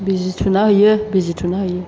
बिजि थुना हैयो बिजि थुना हैयो